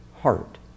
heart